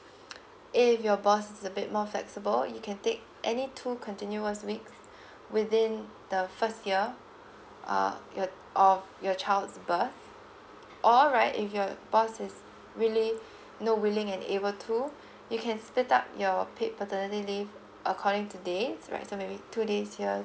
if your boss is a bit more flexible you can take any two continuous weeks within the first year uh your of your child's birth or right if your boss is really no willing and able to you can split up your paid paternity leave according to days right so maybe two days here